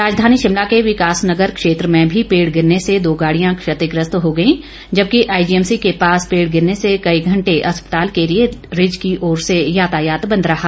राजधानी शिमला के विकास नगर क्षेत्र में भी पेड गिरने से दो गाडियां क्षतिग्रस्त हो गई जबकि आईजीएमसी के पास पेड़ गिरने से कई घंटे अस्पताल के लिए रिज की ओर से यातायात बंद रहा